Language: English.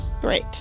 Great